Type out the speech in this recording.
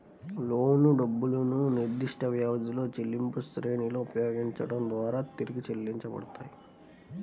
లోను డబ్బులు నిర్దిష్టవ్యవధిలో చెల్లింపులశ్రేణిని ఉపయోగించడం ద్వారా తిరిగి చెల్లించబడతాయి